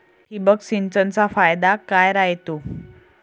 ठिबक सिंचनचा फायदा काय राह्यतो?